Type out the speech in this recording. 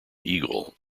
eagle